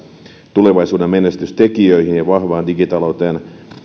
tulevaisuuden menestystekijöihin ja vahvaan digitalouteen